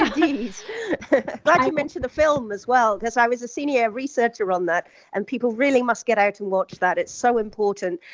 ah but you mentioned, the film as well, because i was a senior researcher on that, and people really must get out to watch that. it's so important,